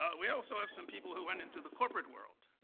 ah we also have some people who went into the corporate world.